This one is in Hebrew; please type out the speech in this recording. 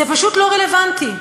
זה פשוט לא רלוונטי.